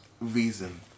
reason